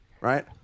Right